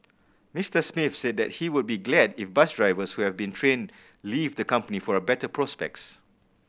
Mister Smith said that he would be glad if bus drivers who have been trained leave the company for a better prospects